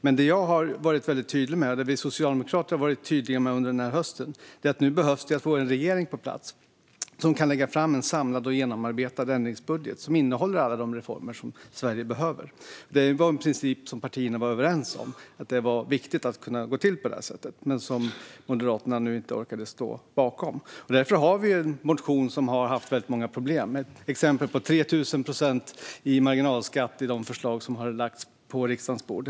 Men det vi socialdemokrater har varit tydliga med under hösten är att vi nu behöver få en regering på plats som kan lägga fram en samlad och genomarbetad ändringsbudget som innehåller alla de reformer som Sverige behöver. Det var en princip som partierna var överens om: att det var viktigt att det skulle gå till på det sättet. Men Moderaterna orkade inte stå bakom den. Därför har vi en motion som har haft väldigt många problem. Det finns exempel på 3 000 procent i marginalskatt i de förslag som har lagts på riksdagen bord.